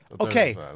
Okay